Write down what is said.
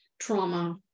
trauma